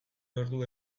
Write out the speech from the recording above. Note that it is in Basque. ordu